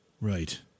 Right